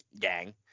gang